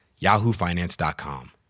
yahoofinance.com